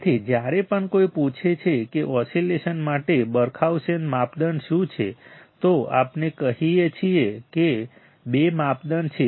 તેથી જ્યારે પણ કોઈ પૂછે છે કે ઓસિલેશન માટે બરખાઉસેન માપદંડ શું છે તો આપણે કહી શકીએ કે બે માપદંડ છે